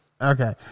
Okay